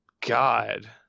god